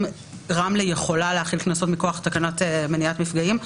רמלה יכולה להחיל קנסות מכוח תקנת מניעת מפגעים,